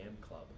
Club